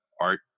art